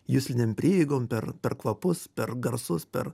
juslinėm prieigom per per kvapus per garsus per